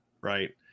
right